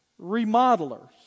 Remodelers